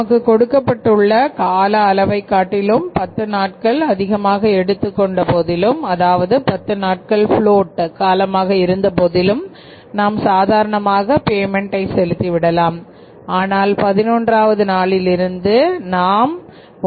நமக்கு கொடுக்கப்பட்டுள்ள கால அளவைக் காட்டிலும் 10 நாட்கள் அதிகமாக எடுத்துக் கொண்ட போதிலும் அதாவது பத்து நாட்கள் புளோட் காலமாக இருந்த போதிலும் நாம் சாதாரணமாக பேமென்ட் செலுத்தி விடலாம் ஆனால் 11வது நாளில் இருந்து நாம்1